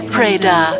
Preda